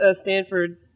Stanford